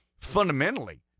fundamentally